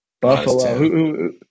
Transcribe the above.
Buffalo